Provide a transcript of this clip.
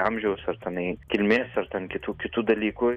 amžiaus ar tenai kilmės ar ten kitų kitų dalykų